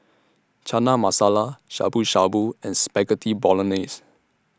Chana Masala Shabu Shabu and Spaghetti Bolognese